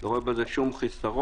אני לא רואה בזה שום חיסרון.